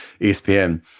ESPN